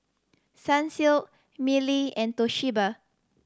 Sunsilk Mili and Toshiba